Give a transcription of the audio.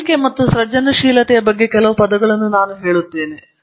ಕಲಿಕೆ ಮತ್ತು ಸೃಜನಶೀಲತೆಯ ಬಗ್ಗೆ ಕೆಲವು ಪದಗಳನ್ನು ನಾನು ಹೇಳುತ್ತೇನೆ